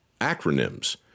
acronyms